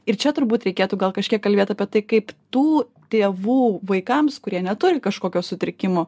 ir čia turbūt reikėtų gal kažkiek kalbėt apie tai kaip tų tėvų vaikams kurie neturi kažkokio sutrikimo